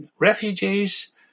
refugees